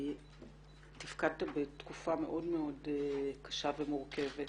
תפקדת בתקופה מאוד מאוד קשה ומורכבת.